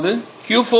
அதாவது 𝑄4 𝑄1